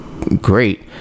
great